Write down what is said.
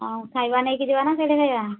ହଉ ଖାଇବା ନେଇକି ଯିବା ନା ସେଇଠି ଖାଇବା